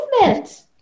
movement